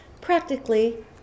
practically